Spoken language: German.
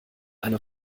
eine